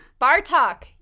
Bartok